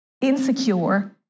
insecure